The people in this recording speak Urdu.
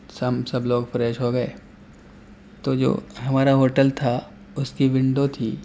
سب لوگ فریش ہو گئے تو جو ہمارا ہوٹل تھا اس کی ونڈو تھی